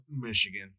Michigan